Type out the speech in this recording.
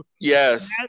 yes